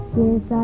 yes